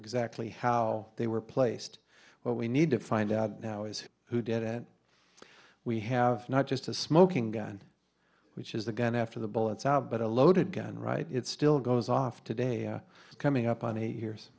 exactly how they were placed what we need to find out now is who did it we have not just a smoking gun which is the gun after the bullets out but a loaded gun right it still goes off today coming up on eight years